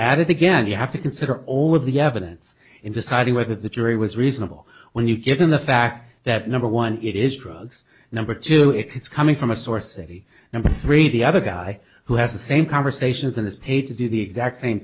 add it again you have to consider all of the evidence in deciding whether the jury was reasonable when you given the fact that number one it is drugs number two it's coming from a source eddie number three the other guy who has the same conversation is paid to do the exact same